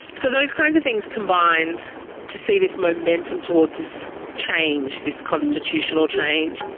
so those kind of things combined to see this momentum towards this change, this constitutional change.